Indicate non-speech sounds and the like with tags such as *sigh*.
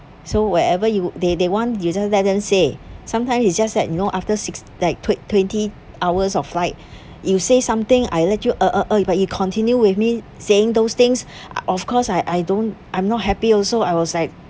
so wherever you they they want you just let them say sometimes it's just that you know after six that twe~ twenty hours of flight *breath* you say something I let you uh uh uh but you continue with me saying those things ah of course I I don't I'm not happy also I was like